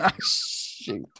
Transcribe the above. shoot